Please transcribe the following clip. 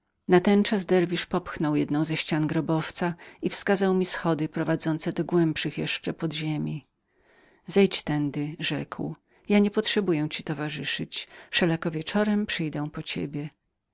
żądano natenczas derwisz popchnął jedną ścianę grobowca i pokazał mi schody prowadzące do głębszych jeszcze podziemi zejdź tędy rzekł ja nie potrzebuję ci towarzyszyć wszelako wieczorem przyjdę po ciebie